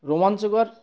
রোমাঞ্চকর